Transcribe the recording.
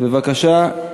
בבקשה.